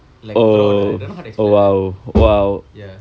like broad ah I don't know how to explain ah ya